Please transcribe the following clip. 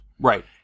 Right